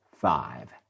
five